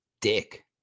dick